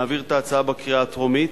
נעביר את ההצעה בקריאה הטרומית,